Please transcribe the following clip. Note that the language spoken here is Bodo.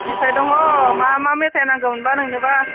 मेथाइ दङ मा मा मेथाइ नांगौमोनबा नोंनोबा